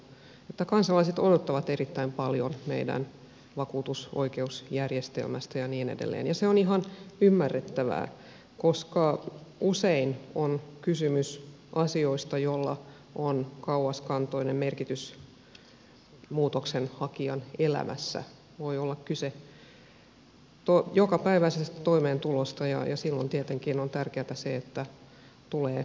tiedän että kansalaiset odottavat erittäin paljon meidän vakuutusoikeusjärjestelmältämme ja niin edelleen ja se on ihan ymmärrettävää koska usein on kysymys asioista joilla on kauaskantoinen merkitys muutoksenhakijan elämälle voi olla kyse jokapäiväisestä toimeentulosta ja silloin tietenkin on tärkeätä se että tulee oikeuksiinsa